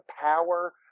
power